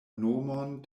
nomon